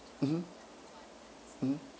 mmhmm mmhmm